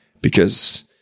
because-